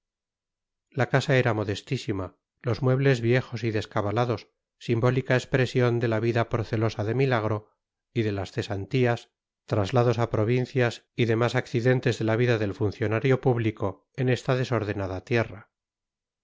la casa era modestísima los muebles viejos y descabalados simbólica expresión de la vida procelosa de milagro y de las cesantías traslados a provincias y demás accidentes de la vida del funcionario público en esta desordenada tierra